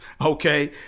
okay